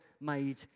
made